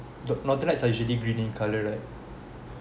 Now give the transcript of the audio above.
the northern lights are usually green in colour right